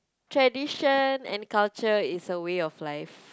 tradition and culture is a way of life